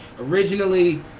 originally